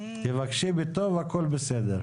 תבקשי בטוב, הכול בסדר.